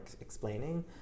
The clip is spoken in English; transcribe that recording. explaining